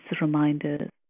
reminders